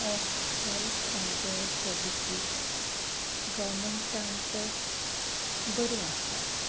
of health centre services गवमेंटांत बरी आसता